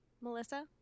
Melissa